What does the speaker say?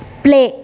play